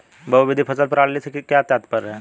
बहुविध फसल प्रणाली से क्या तात्पर्य है?